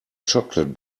chocolate